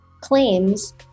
claims